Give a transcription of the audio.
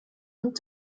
und